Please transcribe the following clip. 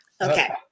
Okay